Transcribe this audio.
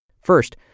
First